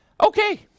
Okay